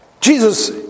Jesus